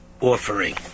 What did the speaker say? offering